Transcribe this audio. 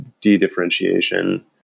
de-differentiation